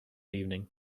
evening